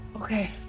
Okay